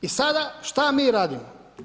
I sada što mi radimo?